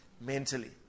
mentally